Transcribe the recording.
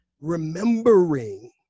remembering